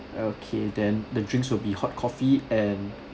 okay then the drinks will be hot coffee and